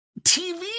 TV